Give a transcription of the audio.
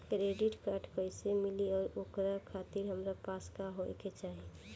Credit card कैसे मिली और ओकरा खातिर हमरा पास का होए के चाहि?